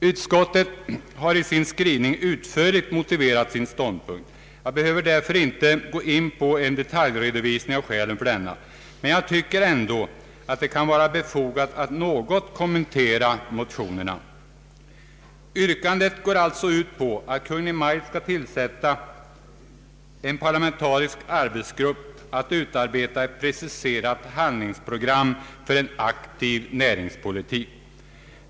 Utskottet har i sin skrivning utförligt motiverat sin ståndpunkt. Jag behöver därför inte gå in på en detaljredovisning av skälen för denna. Men jag tycker ändå att det kan vara befogat att något kommentera motionerna. Yrkandet går alltså ut på att Kungl. Maj:t skall tillsätta en parlamentarisk arbetsgrupp för att utarbeta ett preci serat handlingsprogram för en aktiv. näringspolitik.